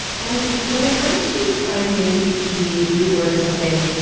and when it comes to finding the root word of something,